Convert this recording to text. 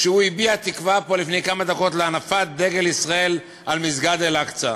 שהביע תקווה פה לפני כמה דקות להנפת דגל ישראל על מסגד אל-אקצא.